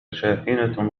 شاحنة